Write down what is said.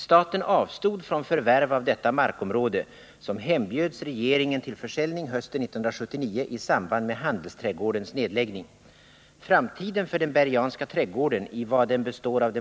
Staten avstod från förvärv av detta markområde, som hembjöds regeringen till försäljning hösten 1979 i samband med handelsträdgårdens nedläggning.